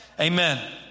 amen